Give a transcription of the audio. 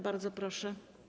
Bardzo proszę.